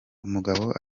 umugabo